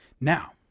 Now